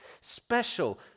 special